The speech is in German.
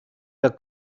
der